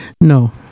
No